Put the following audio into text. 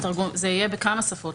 זה יהיה בכמה שפות,